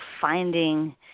finding